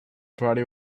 party